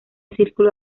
círculo